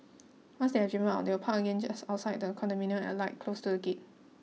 once they have driven out they will park again just outside the condominium and alight close to the gate